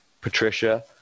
Patricia